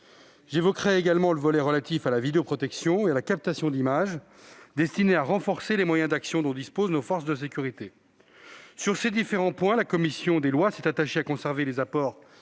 J'évoquerai également le volet relatif à la vidéoprotection et à la captation d'images, destiné à amplifier les moyens d'action dont disposent nos forces de sécurité. Sur ces différents points, la commission des lois s'est attachée à conserver les apports